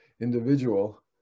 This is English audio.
individual